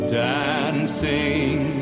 dancing